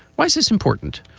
why is this important?